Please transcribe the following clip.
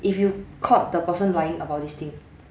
if you caught the person lying about this thing